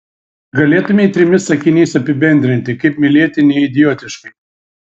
galėtumei trimis sakiniais apibendrinti kaip mylėti neidiotiškai